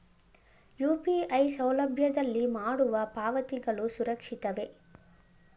UPI ಸೌಲಭ್ಯದಲ್ಲಿ ಮಾಡುವ ಪಾವತಿಗಳು ಸುರಕ್ಷಿತವೇ?